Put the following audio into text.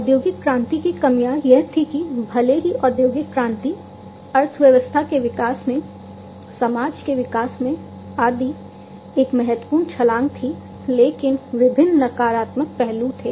औद्योगिक क्रांति की कमियां यह थीं कि भले ही औद्योगिक क्रांति अर्थव्यवस्था के विकास में समाज के विकास में आदि एक महत्वपूर्ण छलांग थी लेकिन विभिन्न नकारात्मक पहलू थे